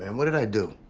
and what did i do?